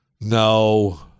No